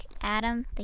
Adam